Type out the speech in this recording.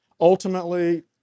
Ultimately